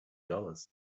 dollars